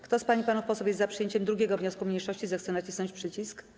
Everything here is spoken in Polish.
Kto z pań i panów posłów jest za przyjęciem 2. wniosku mniejszości, zechce nacisnąć przycisk.